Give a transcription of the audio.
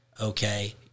Okay